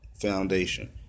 foundation